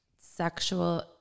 sexual